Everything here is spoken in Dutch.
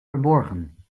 verborgen